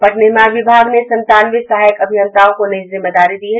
पथ निर्माण विभाग ने संतानवे सहायक अभियंताओं को नई जिम्मेदारी दी है